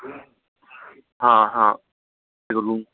हाँ हाँ रूम